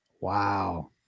Wow